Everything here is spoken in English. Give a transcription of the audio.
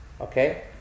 Okay